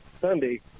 Sunday